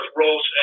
roles